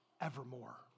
evermore